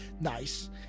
nice